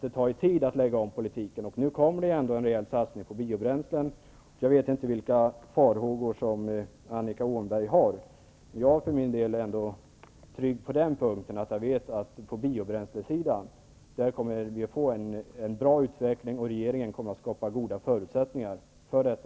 Det tar ju tid att lägga om politiken. Nu kommer det ändå en rejäl satsning på biobränslen. Jag vet inte vilka farhågor som Annika Åhnberg har. Men jag är trygg på den punkten. Jag vet att det kommer att bli en bra utveckling när det gäller biobränslen. Regeringen kommer att skapa goda förutsättningar för detta.